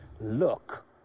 look